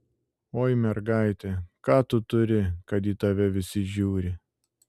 oi mergaite ką tu turi kad į tave visi žiūri